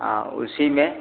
हाँ उसी में